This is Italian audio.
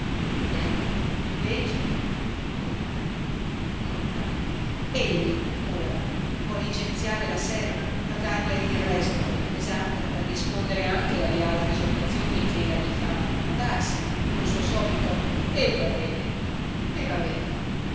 ed ecco invece nulla nulla egli ora può licenziare la serva pagarle il resto della mesata rispondere anche alle altre esortazioni chella gli fa nellandarsene col suo solito e va bene e va bene